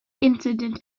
incident